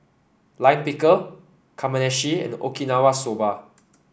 Lime Pickle Kamameshi and Okinawa Soba